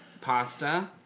pasta